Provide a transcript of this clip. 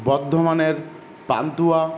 বর্ধমানের পান্তুয়া